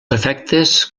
efectes